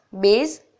base